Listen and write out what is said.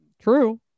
True